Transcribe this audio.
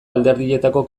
alderdietako